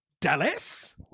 Dallas